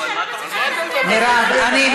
לא, כי זה חוק שאני לא, מירב, אני מבקשת.